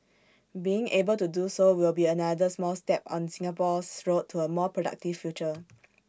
being able to do so will be another small step on Singapore's road to A more productive future